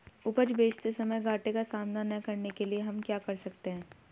उपज बेचते समय घाटे का सामना न करने के लिए हम क्या कर सकते हैं?